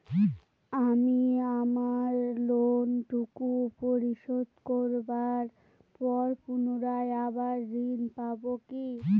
আমি আমার লোন টুকু পরিশোধ করবার পর পুনরায় আবার ঋণ পাবো কি?